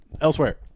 elsewhere